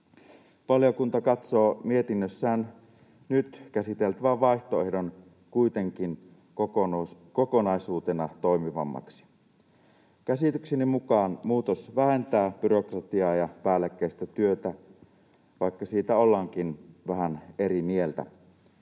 Valiokunta katsoo mietinnössään nyt käsiteltävän vaihtoehdon kuitenkin kokonaisuutena toimivammaksi. Käsitykseni mukaan muutos vähentää byrokratiaa ja päällekkäistä työtä, vaikka siitä ollaankin vähän eri mieltä.